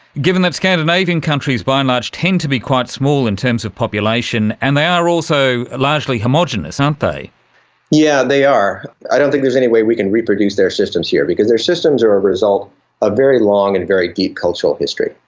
given that scandinavian countries by and large tend to be quite small in terms of population and they are also largely homogenous, aren't they. yes, yeah they are. i don't think there's any way we can reproduce their systems here because their systems are a result of ah very long and very deep cultural history.